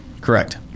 Correct